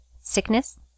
Sickness